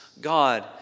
God